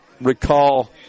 recall